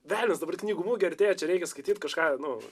velnias dabar knygų mugė artėja čia reikia skaityt kažką nu